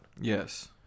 Yes